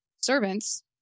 servants